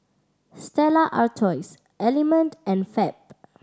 Stella Artois Element and Fab